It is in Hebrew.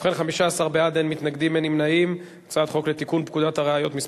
להעביר את הצעת חוק לתיקון פקודת הראיות (מס'